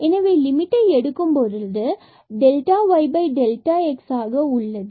எனவே லிமிட்டை எடுக்கும்பொழுது இதுவே yx ஆக உள்ளது